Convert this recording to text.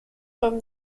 for